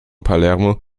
palermo